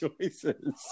choices